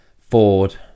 Ford